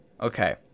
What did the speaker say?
Okay